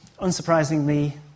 unsurprisingly